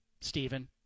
Stephen